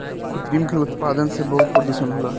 कृत्रिम के उत्पादन से बहुत प्रदुषण होला